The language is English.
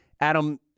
Adam